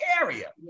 area